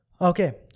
Okay